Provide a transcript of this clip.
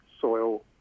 soil